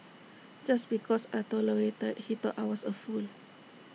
just because I tolerated he thought I was A fool